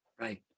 right